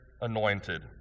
anointed